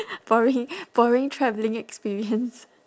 boring boring travelling experience